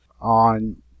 On